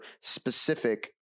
specific